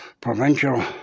Provincial